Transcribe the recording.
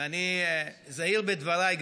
ואני זהיר בדבריי,